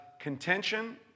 contention